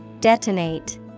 Detonate